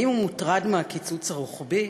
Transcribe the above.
האם הוא מוטרד מהקיצוץ הרוחבי?